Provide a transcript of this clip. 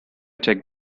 check